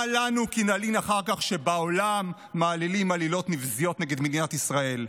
מה לנו כי נלין אחר כך שבעולם מעלילים עלילות נבזיות נגד מדינת ישראל?